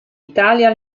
italia